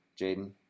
Jaden